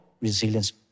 resilience